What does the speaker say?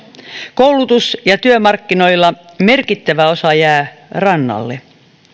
koulutus ja työmarkkinoilla merkittävä osa jää rannalle